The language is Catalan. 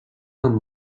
amb